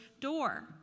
door